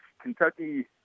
Kentucky